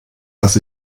dass